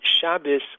Shabbos